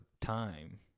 time